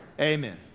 Amen